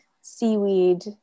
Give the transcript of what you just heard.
seaweed